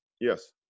yes